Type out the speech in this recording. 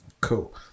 Cool